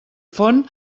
font